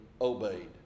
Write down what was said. obeyed